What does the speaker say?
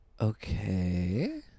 Okay